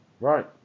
Right